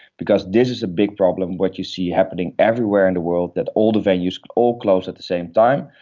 because this is a big problem, what you see happening everywhere in the world, that all the venues all close at the same time,